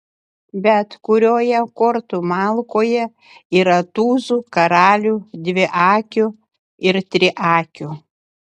bet kurioje kortų malkoje yra tūzų karalių dviakių ir triakių